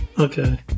okay